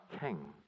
King